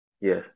Yes